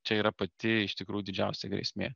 čia yra pati iš tikrų didžiausia grėsmė